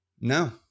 No